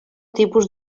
tipus